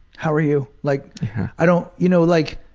how are you? like i don't you know, like